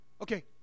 Okay